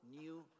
new